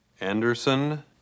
Anderson